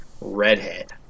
redhead